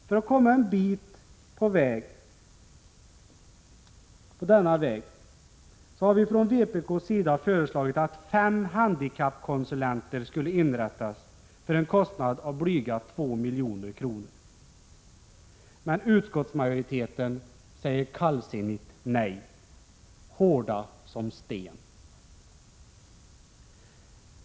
För att komma en bit på denna väg har vi från vpk:s sida föreslagit att fem tjänster som handikappkonsulenter skulle inrättas, för en kostnad av blyga 2 milj.kr. Men utskottsmajoriteten säger kallsinnigt nej, hård som sten.